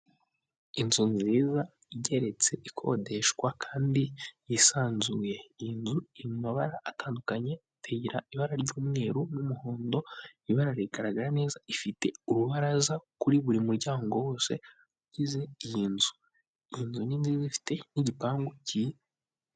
Inzu nziza igeretse ikodeshwa kandi yisanzuye, inzu iri mu mabara atandukanye iteye ibara ry'umweru n'umuhondo, ibara rigaragara neza, ifite urubaraza kuri buri muryango wose ugize iyi nzu, iyi inzu ni nziza ifite n'igipangu cyiza.